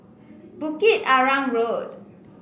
Bukit Arang Road